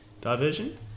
diversion